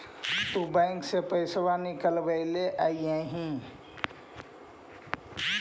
तु बैंक से पइसा निकलबएले अइअहिं